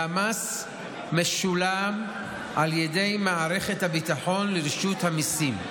והמס משולם על ידי מערכת הביטחון לרשות המיסים.